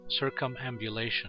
circumambulation